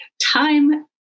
time